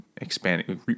expanding